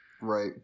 Right